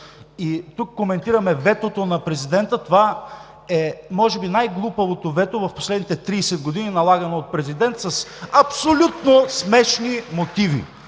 тук коментираме ветото на президента. Това е може би най-глупавото вето в последните 30 години, налагано от президент, с абсолютно смешни мотиви.